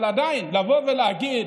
אבל עדיין, לבוא ולהגיד